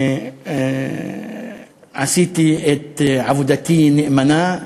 עשיתי את עבודתי נאמנה,